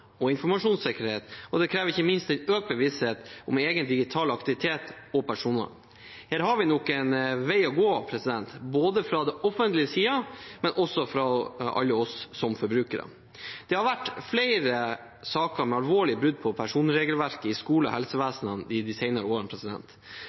og informasjonssikkerhet, og det krever ikke minst en økt bevissthet om egen digital aktivitet og personvern. Her har vi nok en vei å gå, både fra det offentliges side og fra alle oss som forbrukere. Det har vært flere saker med alvorlige brudd på personvernregelverket i skole- og